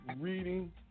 reading